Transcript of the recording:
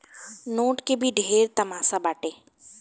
note के भी ढेरे तमासा बाटे